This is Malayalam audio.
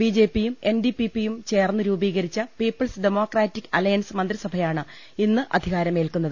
ബിജെപിയും എൻ ഡി പി പിയും ചേർന്ന് രൂപീകരിച്ച പീപ്പിൾസ് ഡെമോക്രാറ്റിക് അലൈൻസ് മന്ത്രിസഭയാണ് ഇന്ന് അധികാർമേൽക്കുന്നത്